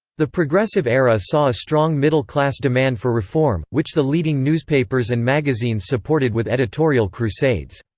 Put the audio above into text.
the progressive era saw a strong middle class demand for reform, which the leading newspapers and magazines supported with editorial crusades.